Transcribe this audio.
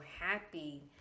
happy